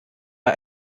bei